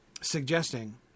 suggesting